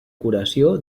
curació